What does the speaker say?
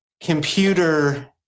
computer